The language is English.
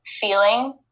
feeling